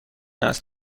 است